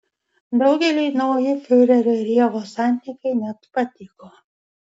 daugeliui nauji fiurerio ir ievos santykiai net patiko